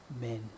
men